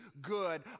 good